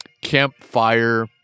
campfire